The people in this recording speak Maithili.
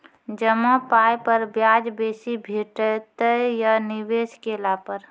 जमा पाय पर ब्याज बेसी भेटतै या निवेश केला पर?